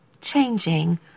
changing